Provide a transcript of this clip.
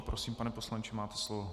Prosím, pane poslanče, máte slovo.